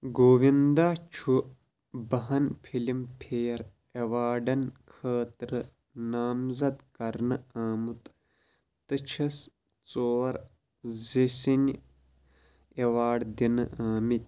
گوونٛدا چھُ باہَن Filmfare ایوارڈن خٲطرٕ نامزد کَرنہٕ آمُت تہٕ چھِس ژور زِی سِنے ایوارڈ دِنہٕ آمٕتۍ